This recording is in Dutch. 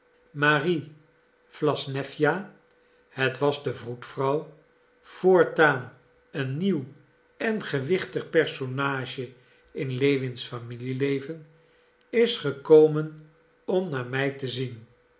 marie wlassnewja het was de vroedvrouw voortaan een nieuw en gewichtig personage in lewins familieleven is gekomen om naar mij te zien